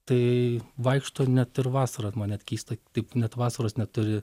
tai vaikšto net ir vasarą man net keista taip net vasaros neturi